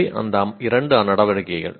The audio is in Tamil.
இவை அந்த இரண்டு நடவடிக்கைகள்